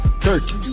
Turkey